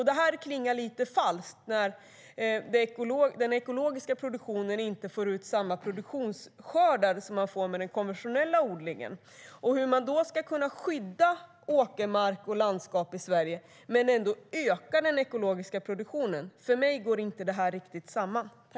Det klingar lite falskt när den ekologiska produktionen inte får ut samma produktionsskördar som man får med konventionell odling. Hur ska man kunna skydda åkermark och landskap i Sverige och ändå öka den ekologiska produktionen? För mig går inte detta riktigt samman.